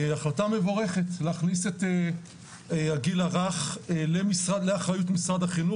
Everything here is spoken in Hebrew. החלטה מבורכת להכניס את הגיל הרך לאחריות משרד החינוך